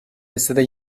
listede